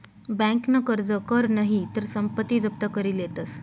बँकन कर्ज कर नही तर संपत्ती जप्त करी लेतस